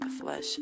flesh